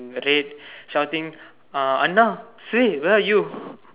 red shouting uh அண்ணா:annaa say where are you